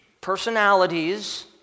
personalities